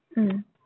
mm